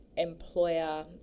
employer